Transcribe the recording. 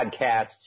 podcasts